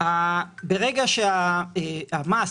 אם אתה